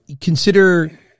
consider